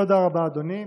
תודה רבה, אדוני.